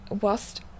whilst